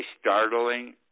startling